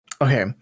okay